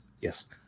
Yes